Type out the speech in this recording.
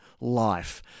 life